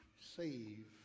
save